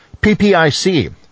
PPIC